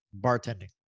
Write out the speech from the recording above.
bartending